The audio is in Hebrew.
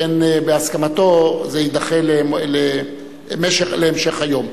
בהסכמתו זה יידחה להמשך היום.